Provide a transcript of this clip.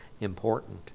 important